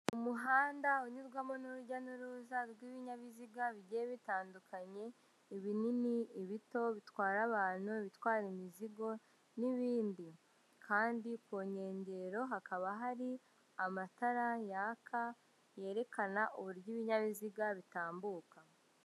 Umuhanda unyurwamo n'urujya n'uruza rw'ibinyabiziga bigiye bitandukanyekanya, ibinini, ibito bitwara abantu, ibitwara imizigo, n'ibindi kandi ku nkengero hakaba hari amatara yaka yerekana uburyo ibinyabiziga bitambuka.